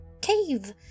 cave